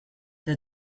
the